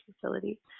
facility